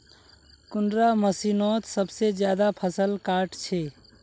कुंडा मशीनोत सबसे ज्यादा फसल काट छै?